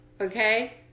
Okay